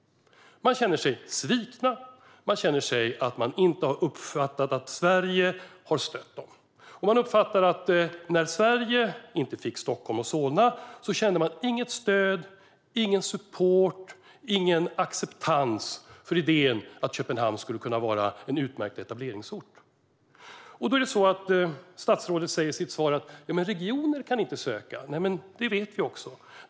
Man känner sig sviken. Man uppfattar inte att Sverige har stött Danmark. Man uppfattade att när Sverige inte fick Stockholm och Solna gavs det inget stöd, ingen support eller ingen acceptans för idén att Köpenhamn skulle kunna vara en utmärkt etableringsort. Statsrådet sa i sitt svar att regioner inte kan söka. Det vet vi.